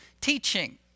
teaching